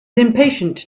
impatient